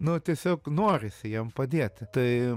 nu tiesiog norisi jam padieti tai